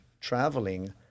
traveling